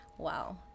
Wow